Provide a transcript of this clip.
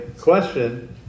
question